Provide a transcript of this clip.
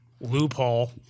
Loophole